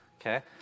okay